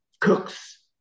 cooks